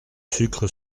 sucre